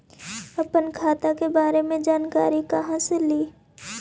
अपन खाता के बारे मे जानकारी कहा से ल?